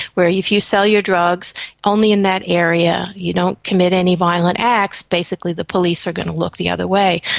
where if you sell your drugs only in that area and you don't commit any violent acts, basically the police are going to look the other way.